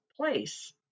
place